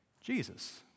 Jesus